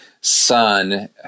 son